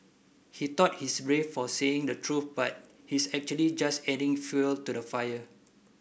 he thought he's brave for saying the truth but he's actually just adding fuel to the fire